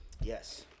Yes